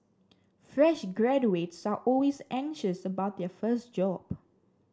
fresh graduates are always anxious about their first job